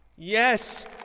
Yes